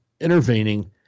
intervening